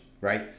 right